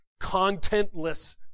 contentless